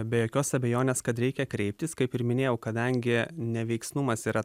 be jokios abejonės kad reikia kreiptis kaip ir minėjau kadangi neveiksnumas yra